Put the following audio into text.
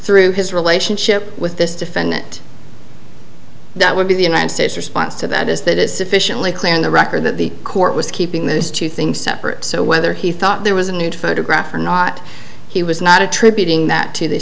through his relationship with this defendant that would be the united states response to that is that is sufficiently clear in the record that the court was keeping those two things separate so whether he thought there was a nude photograph or not he was not attributing that to the